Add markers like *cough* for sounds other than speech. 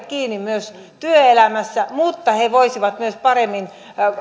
*unintelligible* kiinni myös työelämässä mutta he voisivat myös paremmin